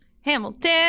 Hamilton